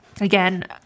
Again